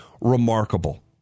Remarkable